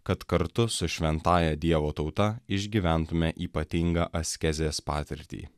kad kartu su šventąja dievo tauta išgyventume ypatingą askezės patirtį